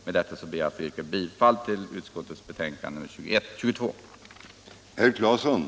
Med detta ber jag att få yrka bifall till utskottets hemställan i civilutskottets betänkande nr 22.